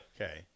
Okay